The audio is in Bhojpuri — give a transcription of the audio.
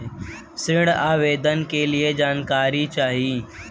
ऋण आवेदन के लिए जानकारी चाही?